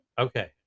Okay